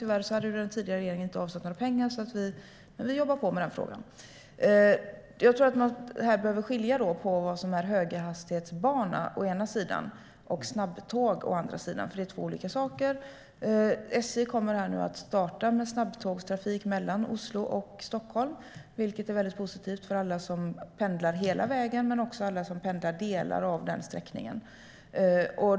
Tyvärr hade den tidigare regeringen inte avsatt några pengar, men vi jobbar på med den frågan. Jag tror att man här behöver skilja på vad som är höghastighetsbana å ena sidan och snabbtåg å andra sidan, för det är två olika saker. SJ kommer nu att starta med snabbtågstrafik mellan Oslo och Stockholm, vilket är väldigt positivt för alla som pendlar hela vägen och även för dem som pendlar delar av den sträckningen.